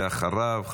ואחריו,